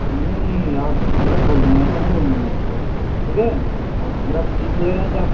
नहीं नहीं आप ग़लत बोल रहे हैं ऐसा नहीं बोलना है आपको ठीक है आप पूरी फीस ले रहें तो आप